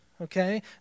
okay